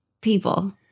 people